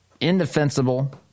indefensible